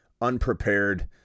unprepared